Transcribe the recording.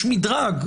יש מדרג,